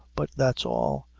but that's all.